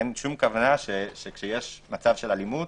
אין שום כוונה שכשיש מצב של אלימות,